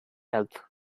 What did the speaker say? health